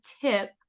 tip